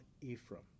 Ephraim